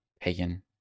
pagan